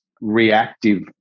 reactive